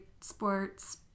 sports